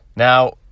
Now